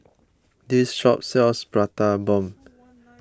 this shop sells Prata Bomb